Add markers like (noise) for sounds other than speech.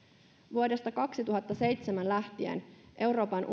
vuodesta kaksituhattaseitsemän lähtien euroopan (unintelligible)